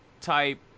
type